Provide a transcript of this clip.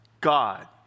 God